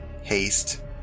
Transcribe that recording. Haste